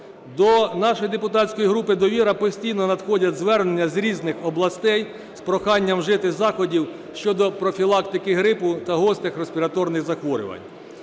До нашої депутатської групи "Довіра" постійно надходять звернення з різних областей з проханням вжити заходів щодо профілактики грипу та гострих респіраторних захворювань